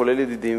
כולל ידידים,